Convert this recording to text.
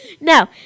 No